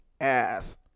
ass